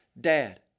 Dad